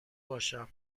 باشم